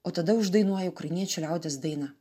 o tada uždainuoja ukrainiečių liaudies dainą